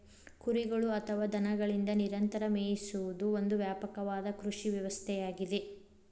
ಕುರಿಗಳು ಅಥವಾ ದನಗಳಿಂದ ನಿರಂತರ ಮೇಯಿಸುವುದು ಒಂದು ವ್ಯಾಪಕವಾದ ಕೃಷಿ ವ್ಯವಸ್ಥೆಯಾಗಿದೆ